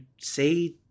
say